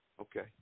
Okay